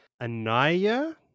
Anaya